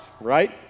Right